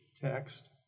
text